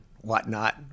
whatnot